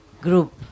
group